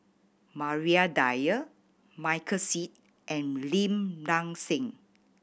Maria Dyer Michael Seet and Lim Nang Seng